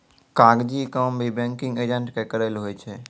कागजी काम भी बैंकिंग एजेंट के करय लै होय छै